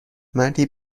مردی